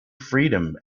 freedom